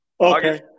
okay